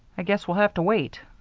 i guess we'll have to wait.